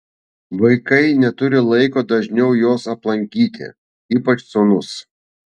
vaikai neturi laiko dažniau jos aplankyti ypač sūnus